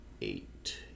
eight